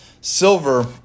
Silver